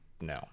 no